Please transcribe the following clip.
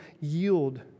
yield